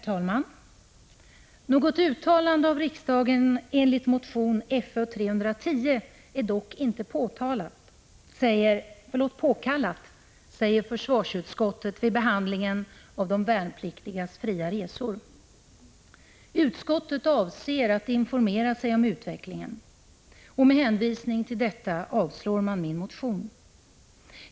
Herr talman! ”Något uttalande av riksdagen enligt motion Fö310 är dock inte påkallat”, säger försvarsutskottet vid behandlingen av de värnpliktigas fria resor. ”Utskottet avser att informera sig om utvecklingen.” Med hänvisning till detta avstyrker utskottet min motion.